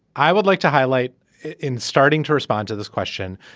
i would like to highlight in starting to respond to this question.